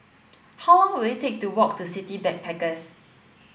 how long will it take to walk to City Backpackers